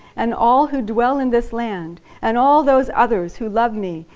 and all who dwell in this land and all those others who love me,